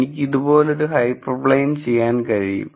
എനിക്ക് ഇതുപോലൊരു ഹൈപ്പർപ്ലെയ്ൻ ചെയ്യാൻ കഴിയും